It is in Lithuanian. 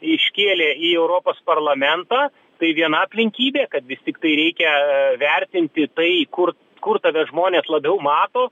iškėlė į europos parlamentą tai viena aplinkybė kad vis tiktai reikia vertinti tai kur kur tave žmonės labiau mato